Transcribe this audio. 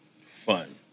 fun